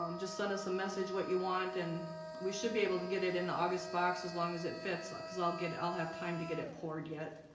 um just send us a message what you want and we should be able to get it in the august box as long as it fits like because i'll get i'll have time to get it poured yet